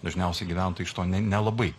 dažniausiai gyventojai iš to nelabai